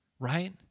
Right